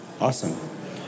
awesome